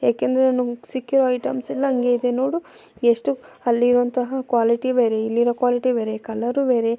ಏಕೆಂದರೆ ನಮ್ಗೆ ಸಿಕ್ಕಿರೋ ಐಟಮ್ಸ್ ಎಲ್ಲ ಹಂಗೆ ಇದೆ ನೋಡು ಎಷ್ಟು ಅಲ್ಲಿರುವಂತಹ ಕ್ವಾಲಿಟಿ ಬೇರೆ ಇಲ್ಲಿರೊ ಕ್ವಾಲಿಟಿ ಬೇರೆ ಕಲರೂ ಬೇರೆ